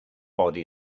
body